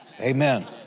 Amen